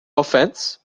offense